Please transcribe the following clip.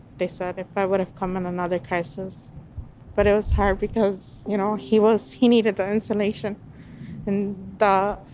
they said if i would have come from another crisis but it was hard because, you know, he was, he needed the insulation and the,